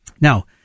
Now